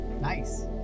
Nice